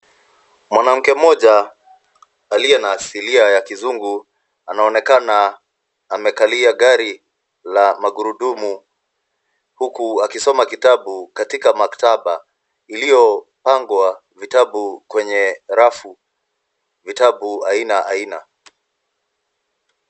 Mwanamke moja aliye na asilia ya kizingu anaonekana amekalia gari la magurudumu huku akisoma kitabu katika maktaba iliyopangwa vitabu kwenye rafu, vitabu aina aina.